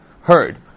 heard